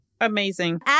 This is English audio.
amazing